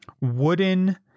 wooden